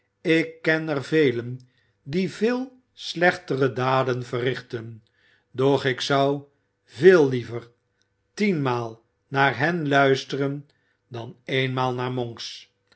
ik ken er velen die veel slechtere daden verrichten doch ik zou veel liever tienmaal naar hen luisteren dan eenmaal naar monks